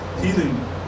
healing